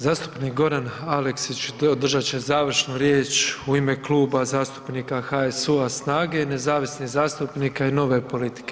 Zastupnik Goran Aleksić održat će završnu riječ u ime Kluba zastupnika HSU-a, SNAGE, nezavisnih zastupnika i Nove politike.